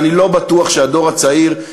ואני לא בטוח שהדור הצעיר,